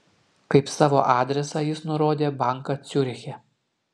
kaip savo adresą jis nurodė banką ciuriche